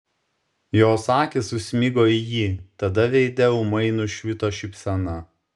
jos akys susmigo į jį tada veide ūmai nušvito šypsena